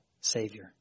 Savior